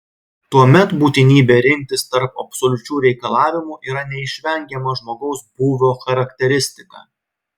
tuomet būtinybė rinktis tarp absoliučių reikalavimų yra neišvengiama žmogaus būvio charakteristika